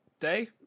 day